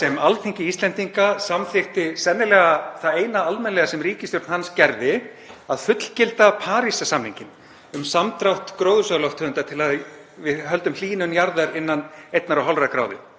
sem Alþingi Íslendinga samþykkti sennilega það eina almennilega sem ríkisstjórn hans gerði, að fullgilda Parísarsamninginn um samdrátt gróðurhúsalofttegunda til að við höldum hlýnun jarðar innan 1,5°C. Takk,